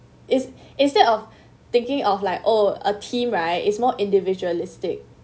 is instead of thinking of like oh a team right is more individualistic